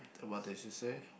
then what did she say